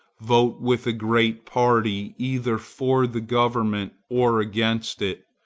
vote with a great party either for the government or against it,